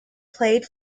played